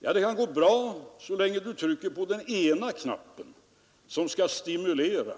Ja, det kan gå bra så länge man trycker på knappen som skall stimulera.